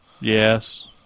Yes